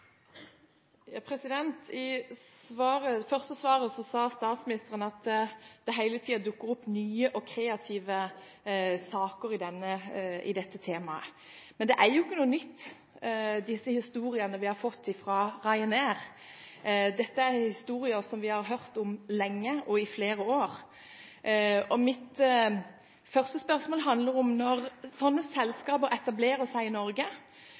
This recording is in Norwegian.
I det første svaret sa statsministeren at det hele tiden dukker opp nye og kreative saker i dette temaet. Men disse historiene vi har fått om Ryanair er jo ikke noe nytt. Dette er historier vi har hørt om lenge, i flere år. Mitt første spørsmål handler om følgende: Når selskaper som har rykte på seg for å ha uryddige arbeidsforhold for ansatte, etablerer seg i